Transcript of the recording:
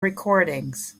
recordings